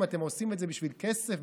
אתם עושים את זה בשביל כסף,